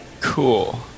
Cool